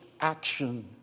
action